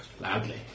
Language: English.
loudly